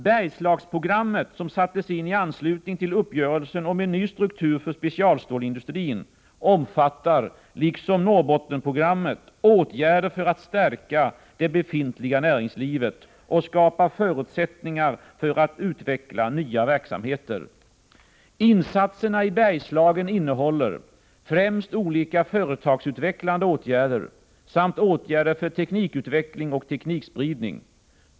Bergslagsprogrammet, som sattes in i anslutning till uppgörelsen om en ny struktur för specialstålindustrin, omfattar liksom Norrbottensprogrammet åtgärder för att det befintliga näringslivet skall stärkas och förutsättningar för utveckling av nya verksamheter skall skapas. Insaterna i Bergslagen innehåller främst olika företagsutvecklande åtgärder samt åtgärder för teknikutveckling och teknikspridning.